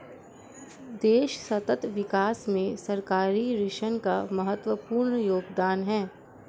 देश सतत विकास में सरकारी ऋण का महत्वपूर्ण योगदान है